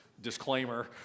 disclaimer